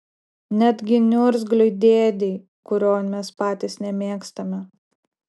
netgi niurgzliui dėdei kurio mes patys nemėgstame